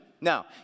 now